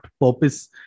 purpose